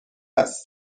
است